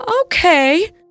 Okay